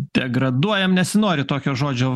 degraduojam nesinori tokio žodžio